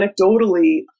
anecdotally